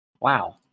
Wow